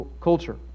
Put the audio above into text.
culture